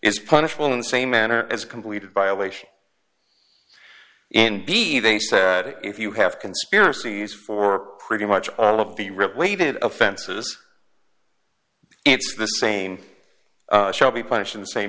is punishable in the same manner as completed violation and b they said if you have conspiracies for pretty much all of the rip waited offenses it's the same shall be punished in the same